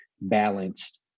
balanced